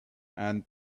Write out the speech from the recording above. and